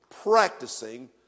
Practicing